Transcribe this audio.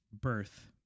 birth